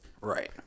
Right